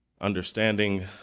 understanding